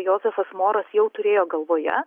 jozefas moras jau turėjo galvoje